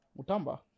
Mutamba